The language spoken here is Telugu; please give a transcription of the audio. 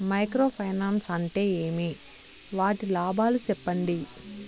మైక్రో ఫైనాన్స్ అంటే ఏమి? వాటి లాభాలు సెప్పండి?